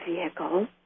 vehicle